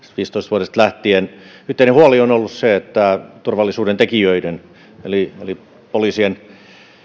vuodesta kaksituhattaviisitoista lähtien yhteinen huoli on ollut se että turvallisuuden tekijöiden eli eli poliisien